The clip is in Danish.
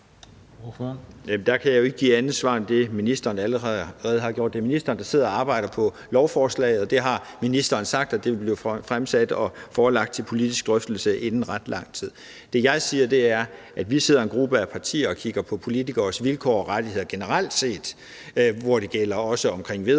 Der kan jeg jo ikke give andet svar end det, ministeren allerede har givet. Det er ministeren, der sidder og arbejder på lovforslaget. Og ministeren har sagt, at det vil blive fremsat og forelagt til politisk drøftelse inden ret lang tid. Det, jeg siger, er, at vi er en gruppe af partier, der sidder og kigger på politikeres vilkår og rettigheder generelt set, hvor det også handler